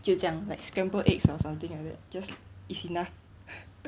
就这样 like scrambled eggs or something like that just is enough